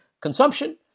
consumption